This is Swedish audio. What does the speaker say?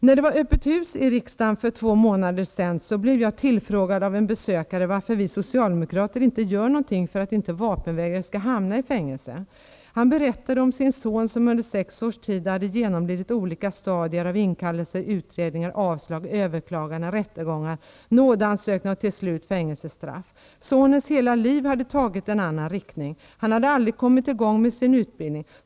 När det för två månader sedan var öppet hus i riksdagen blev jag tillfrågad av en besökare varför vi socialdemokrater inte gör någonting för att inte vapenvägrare skall hamna i fängelse. Besökaren berättade om sin son som under sex års tid hade genomlidit olika stadier av inkallelse, utredningar, avslag, överklaganden, rättegångar, nådeansökningar och till sist fängelsestraff. Sonens hela liv hade tagit en annan riktning. Han hade aldrig kommit i gång med sin utbildning.